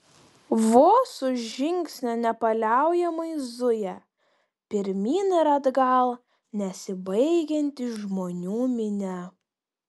vos už žingsnio nepaliaujamai zuja pirmyn ir atgal nesibaigianti žmonių minia